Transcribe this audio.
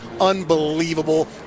unbelievable